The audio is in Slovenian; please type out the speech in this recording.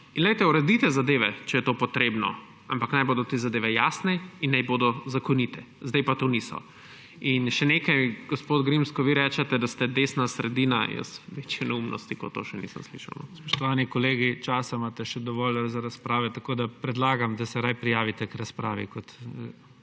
ni lepo. Uredite zadeve, če je to potrebno, ampak naj bodo te zadeve jasne in naj bodo zakonite, zdaj pa to niso. Še nekaj, gospod Grims, ko vi rečete, da ste desna sredina, jaz večje neumnosti kot to še nisem slišal. **PREDSEDNIK IGOR ZORČIČ:** Spoštovani kolegi, časa imate še dovolj za razprave, tako da predlagam, da se raje prijavite k razpravi.